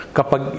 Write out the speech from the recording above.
Kapag